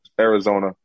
Arizona